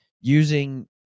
using